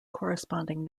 corresponding